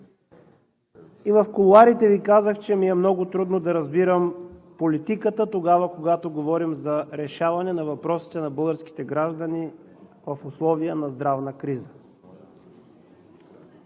И в кулоарите Ви казах, че ми е много трудно да разбирам политиката тогава, когато говорим за решаване на въпросите на българските граждани в условия на здравна криза.